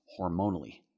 hormonally